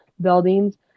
buildings